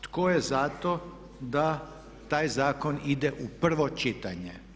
Tko je za to da taj Zakon ide u prvo čitanje?